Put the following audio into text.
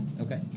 okay